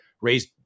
raised